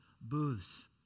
Booths